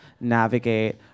navigate